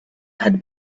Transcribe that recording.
had